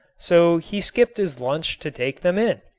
so he skipped his lunch to take them in.